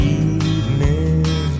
evening